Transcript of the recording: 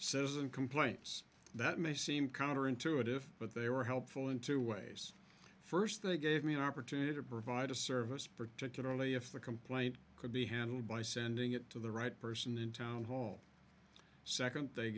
in complaints that may seem counterintuitive but they were helpful in two ways first they gave me an opportunity to provide a service particularly if the complaint could be handled by sending it to the right person in town hall second they